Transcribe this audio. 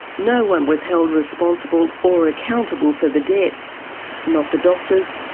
no one was held responsible or accountable for the deaths not the doctors,